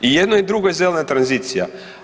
I jedno i drugo je zelena tranzicija.